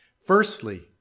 Firstly